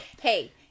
Hey